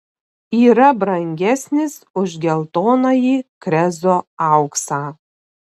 yra brangesnis už geltonąjį krezo auksą